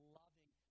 loving